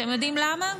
אתם יודעים למה?